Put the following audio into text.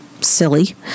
silly